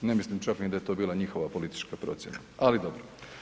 Ne mislim čak ni da je to bila njihova politička procjena, ali dobro.